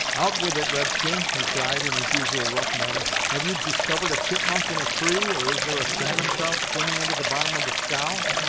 out with it, red-skin, he cried, in his usual rough manner. have you discovered a chipmunk in a tree, or is there a salmon-trout swimming under the bottom of the scow?